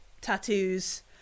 tattoos